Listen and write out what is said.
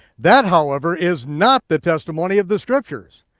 that, however, is not the testimony of the scriptures.